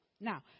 Now